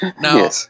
Now